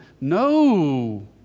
No